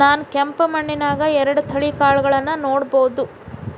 ನಾನ್ ಕೆಂಪ್ ಮಣ್ಣನ್ಯಾಗ್ ಎರಡ್ ತಳಿ ಕಾಳ್ಗಳನ್ನು ನೆಡಬೋದ?